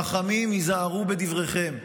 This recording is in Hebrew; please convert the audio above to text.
חכמים, היזהרו בדבריכם.